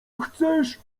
chcesz